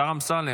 השר אמסלם,